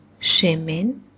shemin